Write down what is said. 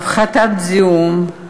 להפחית את הזיהום,